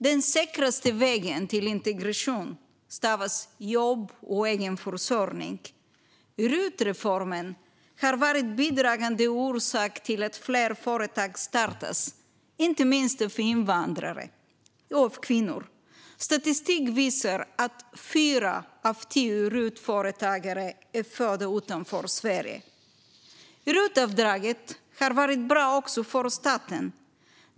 Den säkraste vägen till integration stavas jobb och egen försörjning. RUT-reformen har varit en bidragande orsak till att fler företag startas, inte minst av invandrare och av kvinnor. Statistik visar att fyra av tio RUTföretagare är födda utanför Sverige. RUT-avdraget har varit bra också för staten.